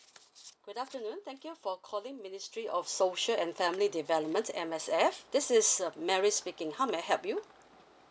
good afternoon thank you for calling ministry of social and family development M_S_F this is uh mary speaking how may I help you